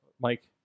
Mike